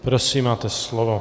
Prosím, máte slovo.